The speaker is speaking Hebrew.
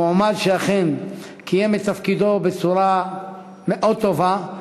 מועמד שאכן קיים את תפקידו בצורה מאוד טובה,